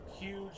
huge